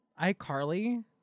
iCarly